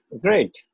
Great